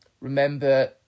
Remember